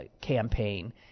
campaign